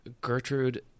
Gertrude